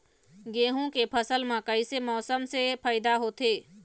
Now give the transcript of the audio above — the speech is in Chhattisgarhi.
गेहूं के फसल म कइसे मौसम से फायदा होथे?